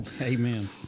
Amen